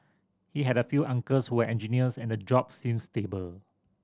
he had a few uncles who were engineers and the job seemed stable